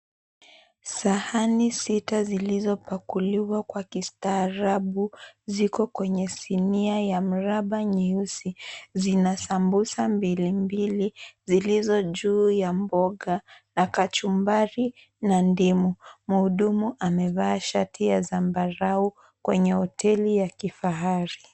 Sahani sita zilizopakuliwa kwa kistaarabu ziko kwenye sinia ya mraba nyeusi. Zina sambusa mbili mbili zilizo juu ya mboga na kachumbari na ndimu. Mhudumu amevaa shati ya zambarau kwenye hoteli ya kifahari.